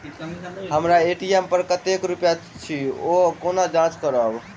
हम्मर ए.टी.एम पर कतेक रुपया अछि, ओ कोना जाँच करबै?